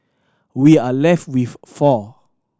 we are left with four